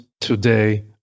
today